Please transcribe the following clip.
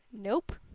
Nope